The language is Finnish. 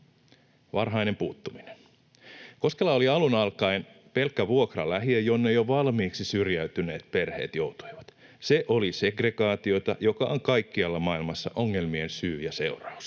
Varhainen puuttuminen. Koskela oli alun alkaen pelkkä vuokralähiö, jonne jo valmiiksi syrjäytyneet perheet joutuivat. Se oli segregaatiota, joka on kaikkialla maailmassa ongelmien syy ja seuraus.